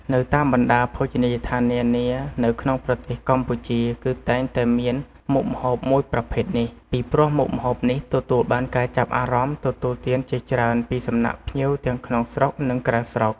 នៅតាមបណ្តាភោជនីយដ្ធាននានា នៅក្នុងប្រទេសកម្ពុជាគឺតែងតែមានមុខម្ហូបមួយប្រភេទនេះ ពីព្រោះមុខម្ហូបនេះទទួលបានការចាប់អារម្មណ៌ទទួលទានជាច្រើនពីសំណាក់ភ្ញៀវទាំងក្នុងស្រុកនិងក្រៅស្រុក។